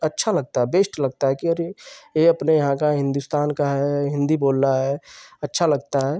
अच्छा लगता है बेस्ट लगता है कि अरे यह अपने यहाँ का हिन्दुस्तान का है हिन्दी बोल रहा है अच्छा लगता है